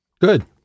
Good